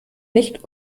nicht